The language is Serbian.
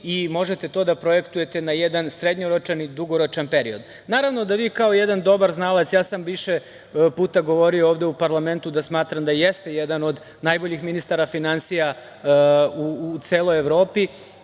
i možete to da projektujete na jedan srednjoročan i dugoročan period. Naravno da vi kao jedan dobar znalac, ja sam više puta govorio ovde u parlamentu da smatram da jeste jedan od najboljih ministara finansija u celoj Evropi,